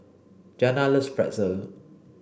Giana loves Pretzel